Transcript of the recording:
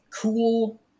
cool